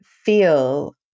feel